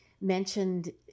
mentioned